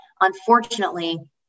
unfortunately